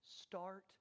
Start